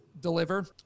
deliver